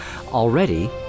Already